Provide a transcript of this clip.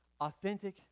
authentic